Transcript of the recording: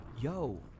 Yo